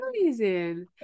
amazing